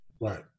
Right